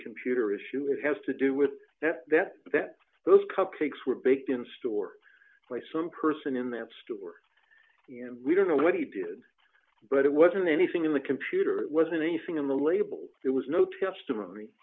computer issue it has to do with that that that those cupcakes were baked in store by some person in that store we don't know what he did but it wasn't anything in the computer wasn't anything on the label there was no testimony